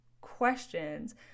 questions